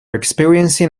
experiencing